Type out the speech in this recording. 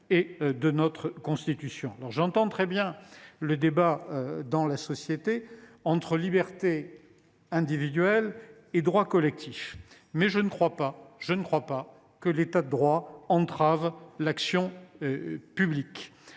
J’entends le débat au sein de la société entre liberté individuelle et droits collectifs. Je ne crois pas que l’État de droit entrave l’action publique.